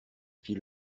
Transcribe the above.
fit